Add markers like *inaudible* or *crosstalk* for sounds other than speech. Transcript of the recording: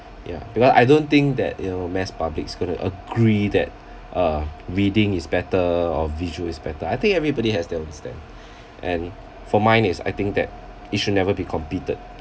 ya because I don't think that you know mass public is going to agree that uh reading is better or visual is better I think everybody has their own stand *breath* and for mine is I think that it should never be competed